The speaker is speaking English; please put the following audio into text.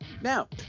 Now